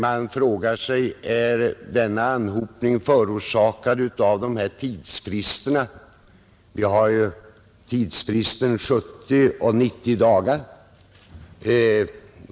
Man frågar sig om den anhopningen är förorsakad av de utsatta tidsfristerna, 70 och 90 dagar.